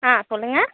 ஆ சொல்லுங்க